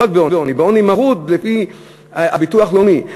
לא רק בעוני, בעוני מרוד, לפי הביטוח הלאומי.